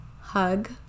hug